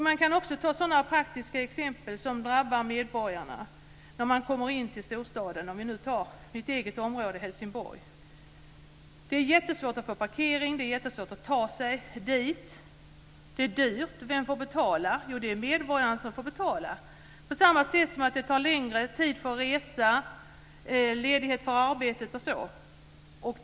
Man kan också nämna sådana praktiska exempel som drabbar medborgarna när de kommer in till storstaden - om vi nu tar mitt eget område, Helsingborg. Det är jättesvårt att få parkering, det är jättesvårt att ta sig dit och det är dyrt. Vem får betala? Jo, det är medborgaren som får betala. På samma sätt tar det längre tid att resa, man måste ha längre ledighet från arbetet osv.